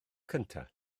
cyntaf